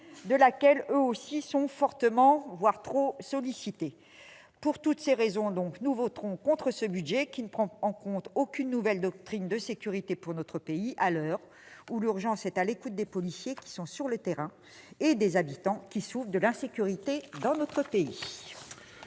de laquelle eux aussi sont fortement, voire trop fortement, sollicités. Pour toutes ces raisons, nous voterons contre ce budget, qui ne prend en compte aucune nouvelle doctrine de sécurité pour notre pays à l'heure où l'urgence est à l'écoute des policiers qui sont sur le terrain et des habitants qui souffrent de l'insécurité. La parole est